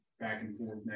back-and-forth